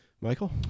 Michael